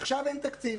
עכשיו אין תקציב.